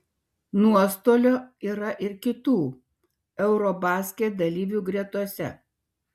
nuostolių yra ir kitų eurobasket dalyvių gretose